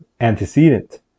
antecedent